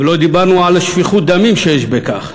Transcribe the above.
ולא דיברנו על שפיכות דמים שיש בכך,